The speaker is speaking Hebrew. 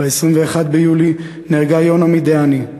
ב-21 ביולי נהרגה יונה מידאני,